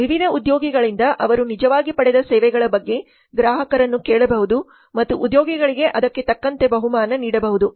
ವಿವಿಧ ಉದ್ಯೋಗಿಗಳಿಂದ ಅವರು ನಿಜವಾಗಿ ಪಡೆದ ಸೇವೆಗಳ ಬಗ್ಗೆ ಗ್ರಾಹಕರನ್ನು ಕೇಳಬಹುದು ಮತ್ತು ಉದ್ಯೋಗಿಗಳಿಗೆ ಅದಕ್ಕೆ ತಕ್ಕಂತೆ ಬಹುಮಾನ ನೀಡಬಹುದು